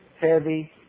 heavy